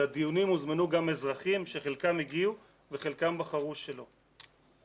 לדיונים הוזמנו אזרחים שחלקם הגיעו וחלקם בחרו שלא.